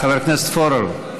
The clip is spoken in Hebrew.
ההצעה, חבר הכנסת פורר,